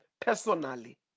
personally